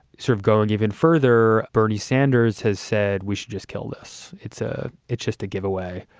sort of going even further. bernie sanders has said we should just kill this. it's a it's just a giveaway.